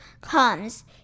comes